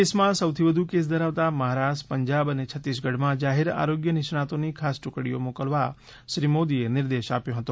દેશમાં સૌથી વધુ કેસ ધરાવતા મહારાષ્ટ્ર પંજાબ અને છત્તીસગઢમાં જાહેર આરોગ્ય નિષ્ણાતોની ખાસ ટુકડીઓ મોકલવા શ્રી મોદીએ નિર્દેશ આપ્યો હતો